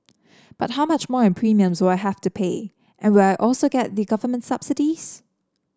but how much more in premiums will I have to pay and will I also get the government subsidies